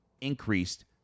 increased